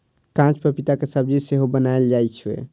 कांच पपीता के सब्जी सेहो बनाएल जाइ छै